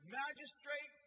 magistrate